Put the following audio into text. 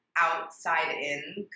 outside-in